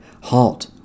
Halt